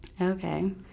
Okay